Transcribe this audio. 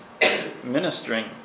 ministering